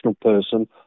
person